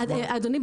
אדוני,